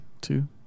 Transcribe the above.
two